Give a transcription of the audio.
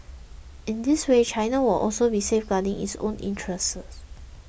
in this way China will also be safeguarding its own interests